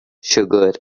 sugar